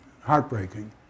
heartbreaking